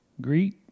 Greet